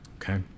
Okay